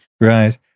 Right